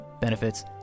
benefits